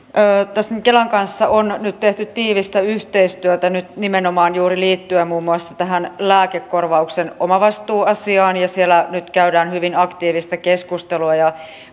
tässä kelan kanssa on nyt tehty tiivistä yhteistyötä nimenomaan juuri liittyen muun muassa tähän lääkekorvauksen omavastuuasiaan ja siellä nyt käydään hyvin aktiivista keskustelua ja